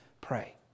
pray